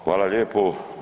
Hvala lijepo.